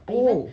oh